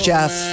Jeff